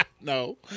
No